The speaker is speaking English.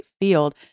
field